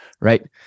right